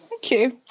okay